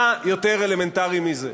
מה יותר אלמנטרי מזה?